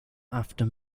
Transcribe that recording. after